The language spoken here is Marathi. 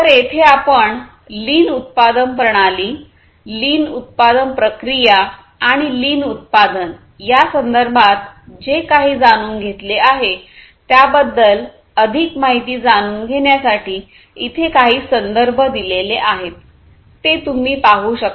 तर येथे आपण लीन उत्पादन प्रणाली लीन उत्पादन प्रक्रिया आणि लीन उत्पादन या संदर्भात जे काही जाणून घेतले आहे त्याबद्दल अधिक माहिती जाणून घेण्यासाठी इथे काही संदर्भ दिलेले आहेत ते तुम्ही पाहू शकता